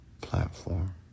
platform